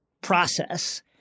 process